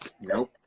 Nope